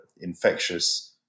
infectious